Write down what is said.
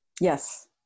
Yes